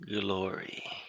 Glory